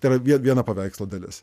tai yra vien viena paveikslo dalis